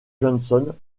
johnson